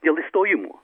dėl išstojimo